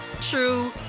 true